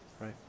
right